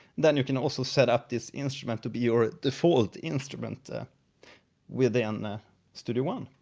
then you can also setup this instrument to be your default instrument ah within and studio one.